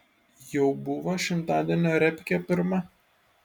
jau buvo šimtadienio repkė pirma